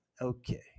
okay